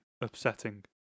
upsetting